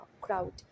crowd